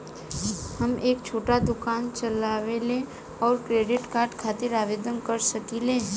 हम एक छोटा दुकान चलवइले और क्रेडिट कार्ड खातिर आवेदन कर सकिले?